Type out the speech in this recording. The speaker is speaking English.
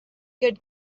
good